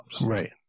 Right